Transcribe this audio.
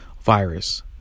virus